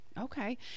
okay